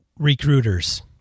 Recruiters